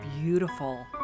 beautiful